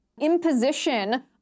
imposition